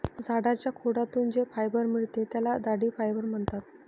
झाडाच्या खोडातून जे फायबर मिळते त्याला दांडी फायबर म्हणतात